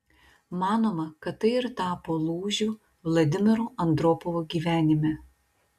manoma kad tai ir tapo lūžiu vladimiro andropovo gyvenime